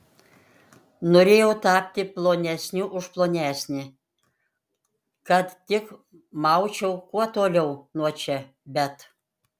norėjau tapti plonesniu už plonesnį kad tik maučiau kuo toliau nuo čia bet